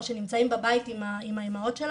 רק בגלל שהם לא יהודים - ומה איתנו?